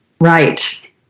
Right